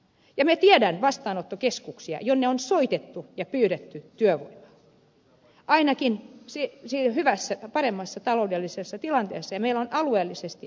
minä tiedän vastaanottokeskuksia jonne on soitettu ja josta on pyydetty työvoimaa ainakin paremmassa taloudellisessa tilanteessa ja meillä on alueellisesti eri tilanteita